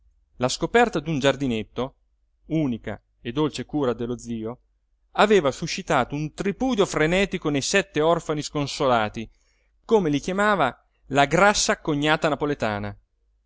la scoperta d'un giardinetto unica e dolce cura dello zio aveva suscitato un tripudio frenetico nei sette orfani sconsolati come li chiamava la grassa cognata napoletana